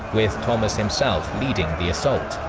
with thomas himself leading the assault.